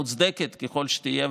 מוצדקת ככל שתהיה,